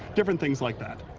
different things like that.